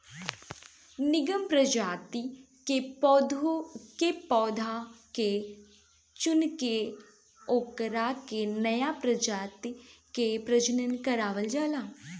निमन प्रजाति के पौधा के चुनके ओकरा से नया प्रजाति के प्रजनन करवावल जाला